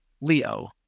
Leo